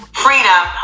freedom